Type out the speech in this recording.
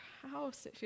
house